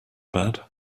bad